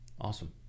Awesome